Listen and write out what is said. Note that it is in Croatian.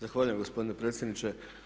Zahvaljujem gospodine predsjedniče.